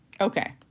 Okay